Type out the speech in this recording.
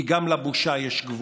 כי גם לבושה יש גבול.